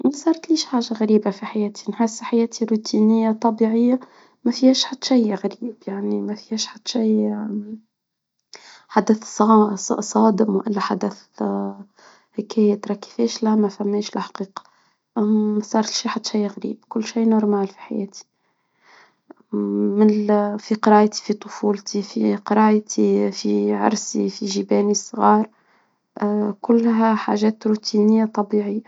ما صارتليش حاجة غريبة في حياتي، حاسة حياتي روتينية وطبيعية، ما فيهاش حاد شي غريب، يعني ما فيهاش حد شي حدث صا صا صادم و لا حدث بكيت فيه، لا مفيش الحقيقة<>مصارش لحدا شي غريب ، كل شي طبيعي في حياتي من ذكريتي في طفولتي، في قريتي، في عرسي، في الصغار كلها حاجات روتينية طبيعية.